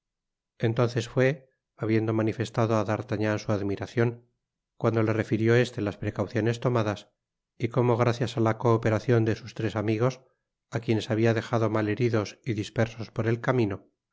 entonces fué habiendo manifestado á d'artagnan su admiracion cuando le refirió este las precauciones tomadas y como gracias á la cooperacion de sus tres amigos á quienes habia dejado mal heridos y dispersos por el camino